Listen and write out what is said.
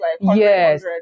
Yes